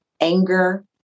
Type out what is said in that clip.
anger